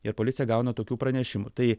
ir policija gauna tokių pranešimų tai